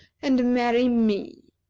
and marry me.